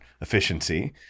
efficiency